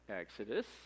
Exodus